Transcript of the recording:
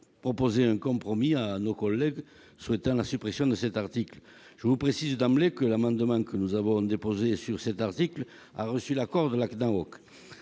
proposer un compromis à nos collègues qui demandent la suppression de cet article. Je vous le précise d'emblée, l'amendement que nous avons déposé sur cet article a reçu l'accord de la